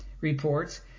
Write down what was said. reports